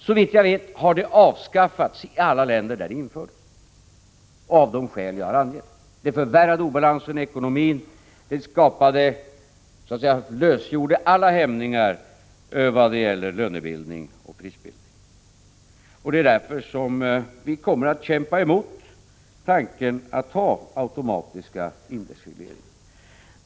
Såvitt jag vet har de avskaffats i alla länder där de infördes. De förvärrade obalansen i ekonomin, och de lösgjorde alla hämningar vad gäller lönebildning och prisbildning. Det är därför vi kommer att kämpa emot tanken att ha automatisk indexreglering.